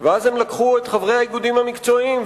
ואז הם לקחו את חברי האיגודים המקצועיים,